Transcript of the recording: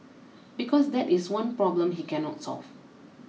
because that is the one problem he cannot solve